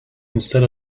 instead